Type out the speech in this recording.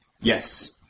Yes